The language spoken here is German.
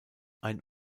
ein